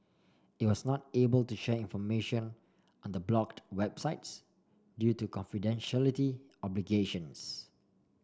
it was not able to share information on the blocked websites due to confidentiality obligations